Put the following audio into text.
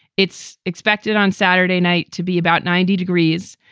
it's expected on saturday night to be about ninety degrees.